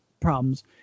problems